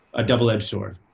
a double edged sword.